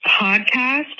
podcast